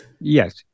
Yes